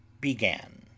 began